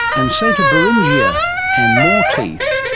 and so to beringia and more teeth.